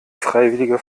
freiwillige